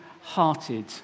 hearted